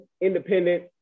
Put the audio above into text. independent